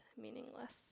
meaningless